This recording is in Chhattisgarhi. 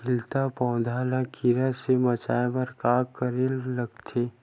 खिलत पौधा ल कीरा से बचाय बर का करेला लगथे?